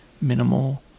minimal